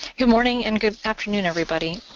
good morning and good afternoon, everybody.